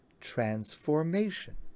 transformation